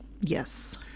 Yes